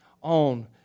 on